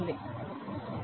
அது சரி